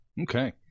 Okay